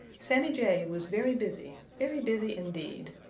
sammy jay was very busy, very busy indeed.